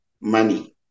money